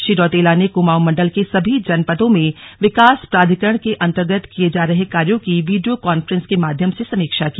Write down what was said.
श्री रौतेला ने कुमाऊं मंडल के सभी जनपदों में विकास प्राधिकरण के अंतर्गत किए जा रहे कार्यों की वीडियो कॉन्फ्रेंस के माध्यम से समीक्षा की